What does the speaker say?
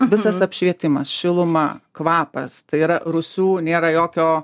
visas apšvietimas šiluma kvapas tai yra rūsių nėra jokio